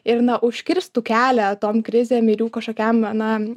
ir na užkirstų kelią tom krizėm ir jų kažkokiam na